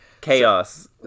Chaos